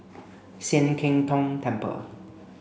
Sian Keng Tong Temple